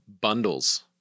bundles